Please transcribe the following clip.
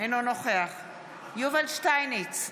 אינו נוכח יובל שטייניץ,